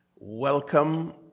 welcome